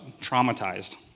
traumatized